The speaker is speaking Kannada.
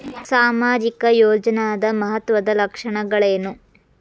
ಸಾಮಾಜಿಕ ಯೋಜನಾದ ಮಹತ್ವದ್ದ ಲಕ್ಷಣಗಳೇನು?